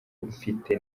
mfite